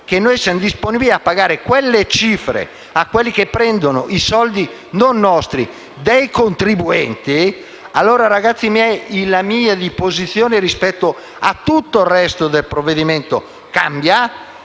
di essere disponibili a pagare quelle cifre a coloro che prendono i soldi non nostri, ma dei contribuenti, allora, ragazzi miei, la mia posizione cambia rispetto a tutto il resto del provvedimento sia